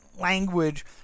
language